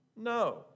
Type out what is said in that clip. No